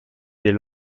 des